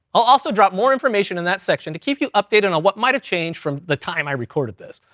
i'll also drop more information in that section to keep you updated on what might've changed from the time i recorded this.